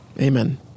Amen